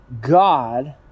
God